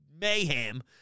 mayhem